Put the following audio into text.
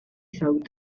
thought